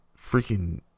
freaking